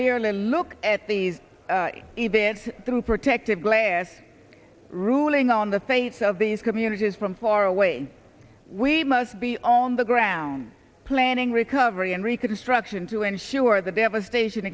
merely look at these events through protective glare ruling on the face of these communities from far away we must be on the ground planning recovery and reconstruction to ensure the devastation